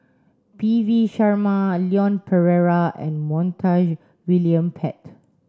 P V Sharma Leon Perera and Montague William Pett